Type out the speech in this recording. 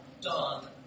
done